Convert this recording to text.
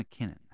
McKinnon